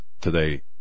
today